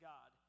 God